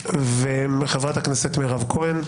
חברת הכנסת מירב כהן.